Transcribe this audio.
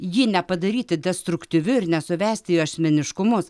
jį nepadaryti destruktyviu ir nesuvesti į asmeniškumus